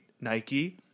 Nike